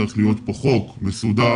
צריך להיות כאן חוק מסודר